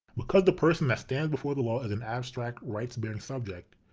because the person that stands before the law is an abstract, rights bearing subject,